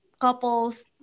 couples